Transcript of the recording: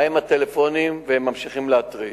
מהם הטלפונים, והם ממשיכים להטריד.